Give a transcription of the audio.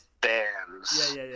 bands